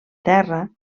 terra